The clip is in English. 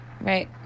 Right